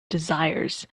desires